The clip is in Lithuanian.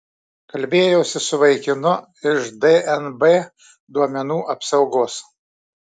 kalbėjausi su vaikinu iš dnb duomenų apsaugos